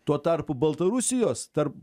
tuo tarpu baltarusijos tarp